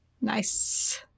Nice